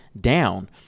down